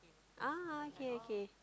ah okay okay